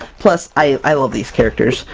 plus i love these characters!